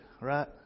Right